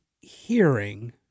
hearing